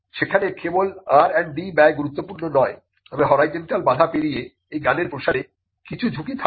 সেখানে কেবল R and D ব্যয় গুরুত্বপূর্ণ নয় তবে হরাইজন্টাল বাধা পেরিয়ে এই জ্ঞানের প্রসারে কিছু ঝুঁকি থাকে